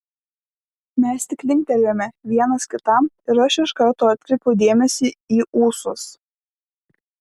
mes tik linktelėjome vienas kitam ir aš iš karto atkreipiau dėmesį į ūsus